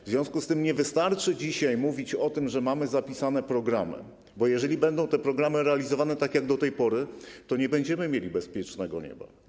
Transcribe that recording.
W związku z tym nie wystarczy dzisiaj mówić o tym, że mamy zapisane programy, bo jeżeli będą te programy realizowane tak jak do tej pory, to nie będziemy mieli bezpiecznego nieba.